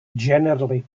generally